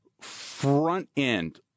front-end